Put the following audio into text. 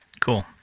Cool